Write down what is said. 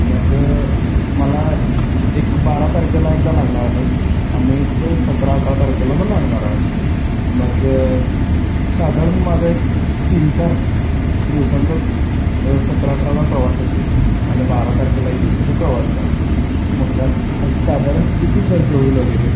मग मला एक बारा तारखेला एकदा लागणार आहे आणि एक सतरा अठरा तारखेला पण लागणार आहे मग एक साधारण माझा एक तीन चार दिवसांचा सतरा अठराला प्रवास असेल आणि बारा तारखेला एक दिवसाचा प्रवास आहे मग ह्याचा साधारण किती खर्च होईल वगैरे